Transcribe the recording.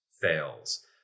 fails